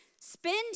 spend